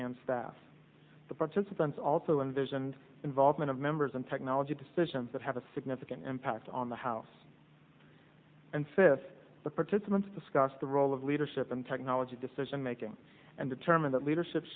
and staff the participants also in vision and involvement of members and technology decisions that have a significant impact on the house and fifty the participants discuss the role of leadership in technology decision making and determine that leadership